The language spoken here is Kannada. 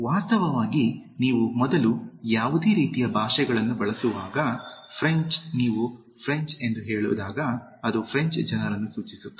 ವಾಸ್ತವವಾಗಿ ನೀವು ಮೊದಲು ಯಾವುದೇ ರೀತಿಯ ಭಾಷೆಗಳನ್ನು ಬಳಸುವಾಗ ಫ್ರೆಂಚ್ ನೀವು ಫ್ರೆಂಚ್ ಎಂದು ಹೇಳಿದಾಗ ಅದು ಫ್ರೆಂಚ್ ಜನರನ್ನು ಸೂಚಿಸುತ್ತದೆ